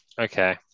Okay